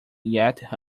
yet